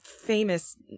famous